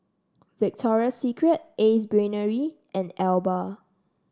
Victoria Secret Ace Brainery and Alba